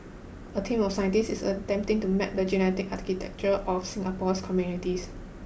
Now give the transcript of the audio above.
a team of scientists is attempting to map the genetic architecture of Singapore's communities